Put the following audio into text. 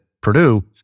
Purdue